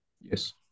Yes